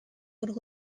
would